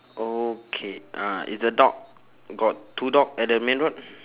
okay uh is the dog got two dog at the main road